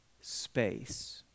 space